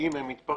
ואם הם מתפרקים,